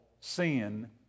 sin